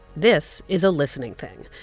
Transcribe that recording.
this is a listening thing.